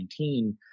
2019